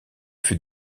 fut